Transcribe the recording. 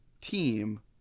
team